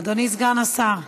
אדוני סגן השר?